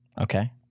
Okay